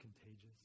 contagious